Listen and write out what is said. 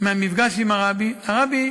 מהמפגש עם הרבי, הרבי